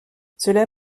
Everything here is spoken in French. cela